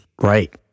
Right